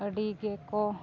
ᱟᱹᱰᱤ ᱜᱮᱠᱚ